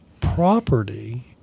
property